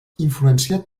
influenciat